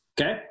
okay